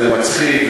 זה מצחיק,